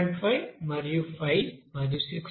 5 మరియు 5 మరియు 6